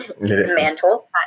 mantle